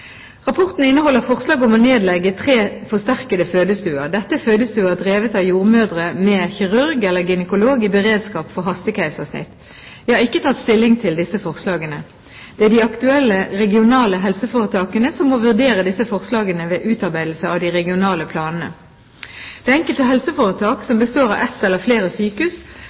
Rapporten inneholder forslag om å nedlegge tre forsterkede fødestuer. Dette er fødestuer drevet av jordmødre med kirurg eller gynekolog i beredskap for hastekeisersnitt. Jeg har ikke tatt stilling til disse forslagene. Det er de aktuelle regionale helseforetakene som må vurdere disse forslagene ved utarbeidelse av de regionale planene. Det enkelte helseforetak, som består av ett eller flere sykehus,